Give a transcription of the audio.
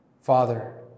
Father